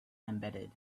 embedded